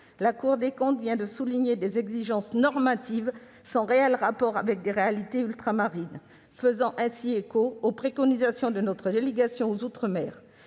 la Cour des comptes vient de souligner l'existence d'exigences normatives « sans réel rapport avec les réalités locales », faisant ainsi écho aux préconisations de notre délégation sénatoriale